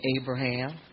Abraham